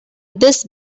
this